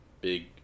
Big